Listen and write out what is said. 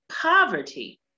poverty